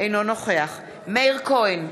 אינו נוכח מאיר כהן,